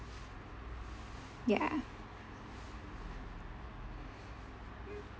ya